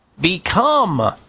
become